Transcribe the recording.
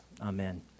Amen